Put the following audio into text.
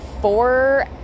four